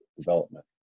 development